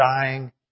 dying